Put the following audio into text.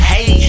Hey